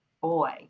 boy